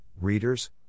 readers